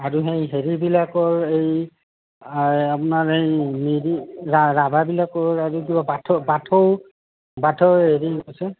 আৰু সেই হেৰিবিলাকৰ সেই আপোনাৰ সেই মিৰি ৰা ৰাভাবিলাকৰ আৰু কিবা বাথৌ বাথৌ বাথৌ হেৰি আছে